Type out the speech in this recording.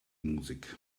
musik